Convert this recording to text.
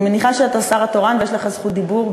אני מניחה שאתה השר התורן ויש לך זכות דיבור,